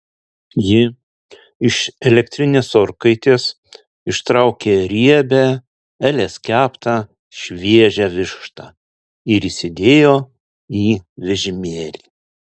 ji iš elektrinės orkaitės ištraukė riebią elės keptą šviežią vištą ir įsidėjo į vežimėlį